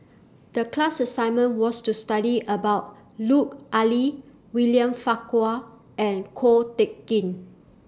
The class assignment was to study about Lut Ali William Farquhar and Ko Teck Kin